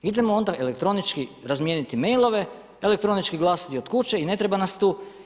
Idemo onda elektronički razmijeniti e-mailove, elektronički glasati od kuće i ne treba nas tu.